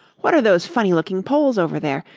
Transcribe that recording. what are those funny looking poles over there,